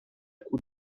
cour